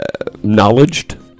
knowledged